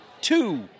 two